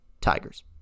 Tigers